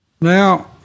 Now